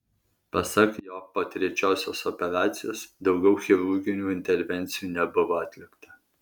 pasak jo po trečiosios operacijos daugiau chirurginių intervencijų nebuvo atlikta